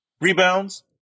rebounds